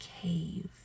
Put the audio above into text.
cave